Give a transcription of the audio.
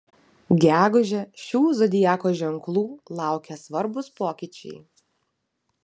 gegužę šių zodiako ženklų laukia svarbūs pokyčiai